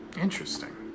Interesting